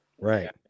Right